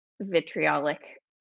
vitriolic